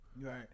Right